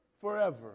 forever